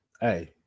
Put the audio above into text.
hey